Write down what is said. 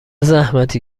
زحمتی